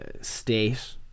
state